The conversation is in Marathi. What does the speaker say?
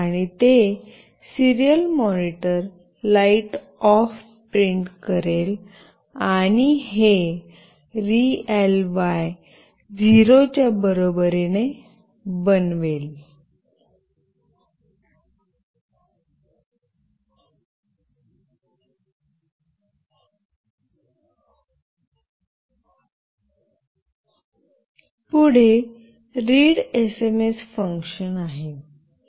आणि ते serial monitor "light off " print करेल आणि हे rly 0 च्या बरोबरीने बनवेल पुढे रीड एसएमएस फंक्शन आहे